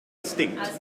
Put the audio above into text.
distinct